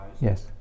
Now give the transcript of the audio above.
Yes